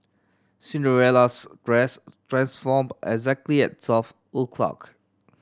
Cinderella's dress transform exactly at twelve o'clock